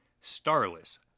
starless